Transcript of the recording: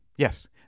Yes